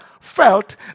felt